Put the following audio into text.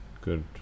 Good